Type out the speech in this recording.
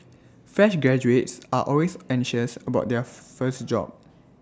fresh graduates are always anxious about their first job